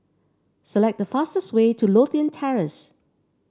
select the fastest way to Lothian Terrace